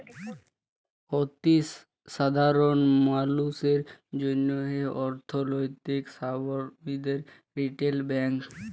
অতি সাধারল মালুসের জ্যনহে অথ্থলৈতিক সাবলম্বীদের রিটেল ব্যাংক